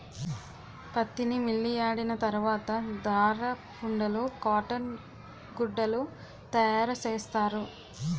పత్తిని మిల్లియాడిన తరవాత దారపుండలు కాటన్ గుడ్డలు తయారసేస్తారు